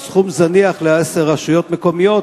הוא סכום זניח לעשר רשויות מקומיות,